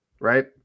right